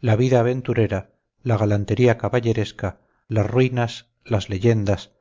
la vida aventurera la galantería caballeresca las ruinas las leyendas